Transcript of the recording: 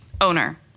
owner